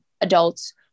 adults